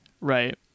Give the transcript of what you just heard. right